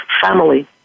family